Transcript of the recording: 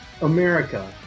America